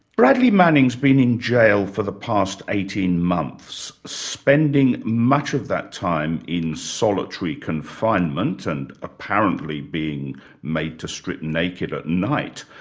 bradley manning's been in jail for the past eighteen months spending much of that time in solitary confinement and apparently being made to strip naked at night.